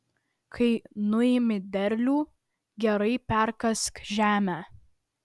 kai nuimi derlių gerai perkask žemę